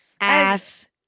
Ass